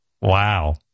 Wow